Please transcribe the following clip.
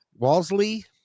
walsley